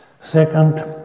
Second